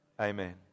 Amen